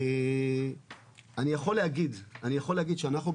אני יכול להגיד שאנחנו,